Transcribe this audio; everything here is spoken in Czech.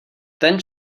ten